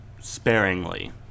sparingly